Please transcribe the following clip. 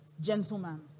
gentleman